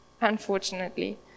unfortunately